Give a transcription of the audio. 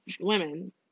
women